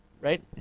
right